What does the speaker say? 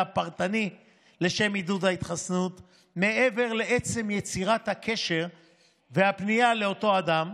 הפרטני לשם עידוד ההתחסנות מעבר לעצם יצירת הקשר והפנייה לאותו אדם,